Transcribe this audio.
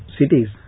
cities